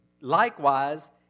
likewise